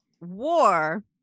war